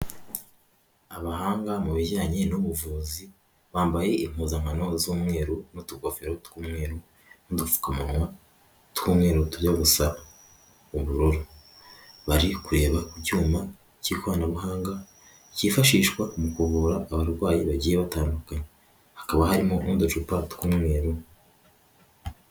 Abahanga mu bijyanye n'ubuvuzi bambaye impuzankano z'umweru n'utugofero tw'umweru n'udupfukamunwa tw'umweru tujya gusa ubururu, bari kureba ku cyuma cy'ikoranabuhanga kifashishwa mu kuvura abarwayi bagiye batandukanye, hakaba harimo n'uducupa tw'umweru.